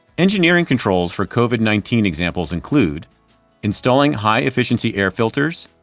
engineering controls for covid nineteen examples include installing high-efficiency air filters,